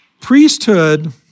Priesthood